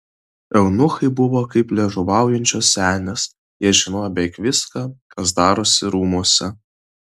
eunuchai buvo kaip liežuvaujančios senės jie žinojo beveik viską kas darosi rūmuose